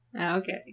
Okay